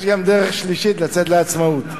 יש גם דרך שלישית, לצאת לעצמאות.